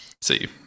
see